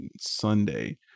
Sunday